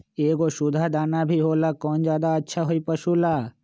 एगो सुधा दाना भी होला कौन ज्यादा अच्छा होई पशु ला?